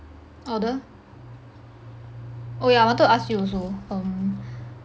order oh yeah I wanted to ask also um